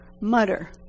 mutter